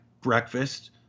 breakfast